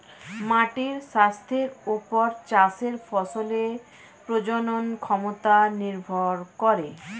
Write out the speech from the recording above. মাটির স্বাস্থ্যের ওপর চাষের ফসলের প্রজনন ক্ষমতা নির্ভর করে